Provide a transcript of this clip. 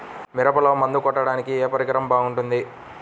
మిరపలో మందు కొట్టాడానికి ఏ పరికరం బాగుంటుంది?